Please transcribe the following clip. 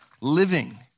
living